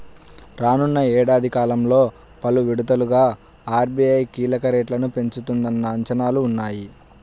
రానున్న ఏడాది కాలంలో పలు విడతలుగా ఆర్.బీ.ఐ కీలక రేట్లను పెంచుతుందన్న అంచనాలు ఉన్నాయి